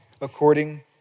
according